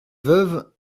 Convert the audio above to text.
veuve